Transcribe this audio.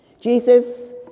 Jesus